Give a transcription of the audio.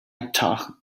taught